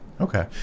Okay